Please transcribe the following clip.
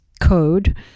code